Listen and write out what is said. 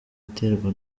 iterwa